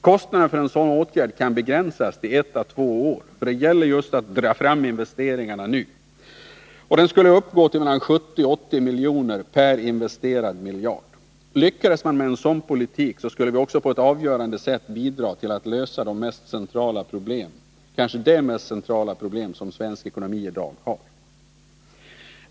Kostnaden för en sådan åtgärd kan begränsas till ett å två år — för det gäller att dra fram investeringarna just nu — och den skulle uppgå till 70-80 miljoner per investerad miljard. Lyckades en sådan politik skulle vi på ett avgörande sätt bidra till att lösa kanske det mest centrala problem som svensk ekonomi i dag har.